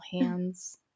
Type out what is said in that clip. hands